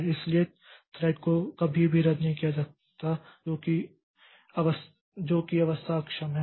इसलिए थ्रेड को कभी भी रद्द नहीं किया जा सकता है जो कि अवस्था अक्षम है